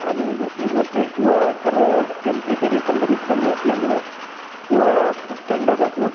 आणि दुसरी गोष्ट हिवाळा तर टेंपरेचर एकंदरीत कमी असल्यामुळं हिवाळा खूप थंड जातो